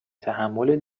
تحمل